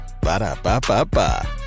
Ba-da-ba-ba-ba